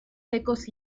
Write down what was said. secos